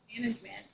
management